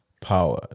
power